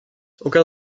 aucun